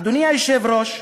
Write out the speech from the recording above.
אדוני היושב-ראש,